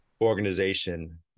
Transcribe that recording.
organization